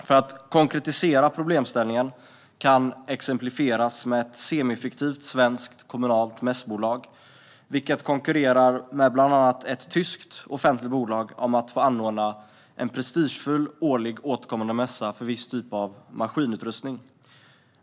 För att konkretisera problemställningen kan jag exemplifiera med ett semifiktivt svenskt kommunalt mässbolag som konkurrerar med bland annat ett tyskt offentligt bolag om att få anordna en prestigefull årligt återkommande mässa för viss typ av maskinutrustning.